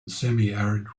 semiarid